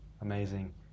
amazing